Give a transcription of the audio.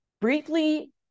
briefly